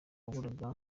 waburaga